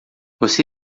você